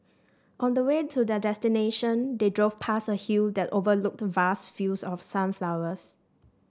on the way to their destination they drove past a hill that overlooked vast fields of sunflowers